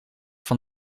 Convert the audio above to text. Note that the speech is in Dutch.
van